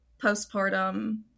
postpartum